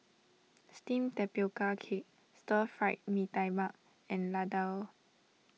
Steamed Tapioca Cake Stir Fried Mee Tai Mak and Laddu